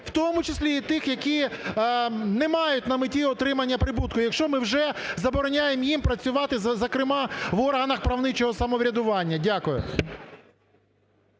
в тому числі і тих, які не мають на меті отримання прибутку, якщо ми вже забороняємо їм працювати, зокрема, в органах правничого самоврядування. Дякую.